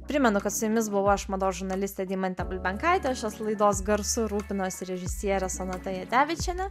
primenu kad su jumis buvau aš mados žurnalistė deimantė bulbenkaitė o šios laidos garsu rūpinosi režisierė sonata jadevičienė